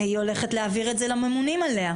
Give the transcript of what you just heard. היא הולכת להעביר את זה לממונים עליה.